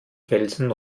felsen